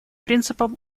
принципам